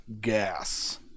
gas